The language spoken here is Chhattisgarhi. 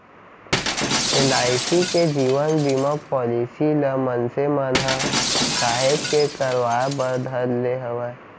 एल.आई.सी के जीवन बीमा पॉलीसी ल मनसे मन ह काहेच के करवाय बर धर ले हवय